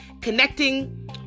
connecting